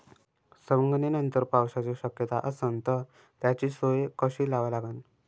सवंगनीनंतर पावसाची शक्यता असन त त्याची सोय कशी लावा लागन?